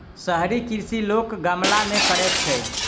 शहरी कृषि लोक गमला मे करैत छै